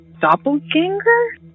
doppelganger